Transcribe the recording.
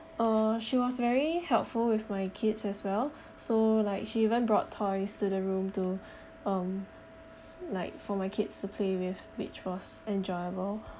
uh she was very helpful with my kids as well so like she even brought toys to the room to um like for my kids to play with which was enjoyable